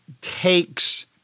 takes